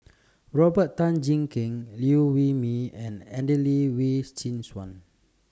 Robert Tan Jee Keng Liew Wee Mee and Adelene Wee Chin Suan